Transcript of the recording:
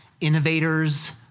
innovators